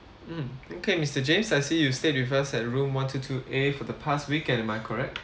mm okay mister james I see you stayed with us at room one two two A for the past weekend am I correct